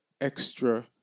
extra